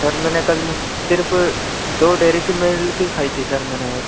sir मैंने कल सिर्फ दो डेरिक मिल्क ही खायी थी सर मैंने